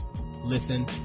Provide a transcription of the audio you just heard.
listen